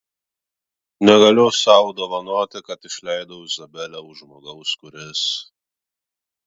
negaliu sau dovanoti kad išleidau izabelę už žmogaus kuris